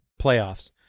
playoffs